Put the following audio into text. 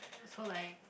so like